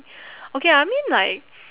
okay I mean like